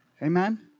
Amen